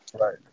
Right